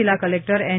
જિલ્લા collector N